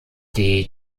die